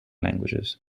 languages